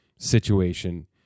situation